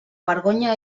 vergonya